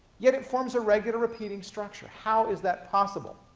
yet it forms a regular repeating structure. how is that possible?